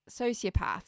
sociopaths